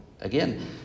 Again